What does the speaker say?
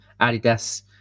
Adidas